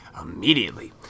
immediately